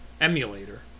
Emulator